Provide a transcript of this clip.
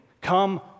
Come